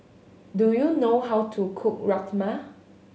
do you know how to cook Rajma